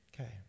Okay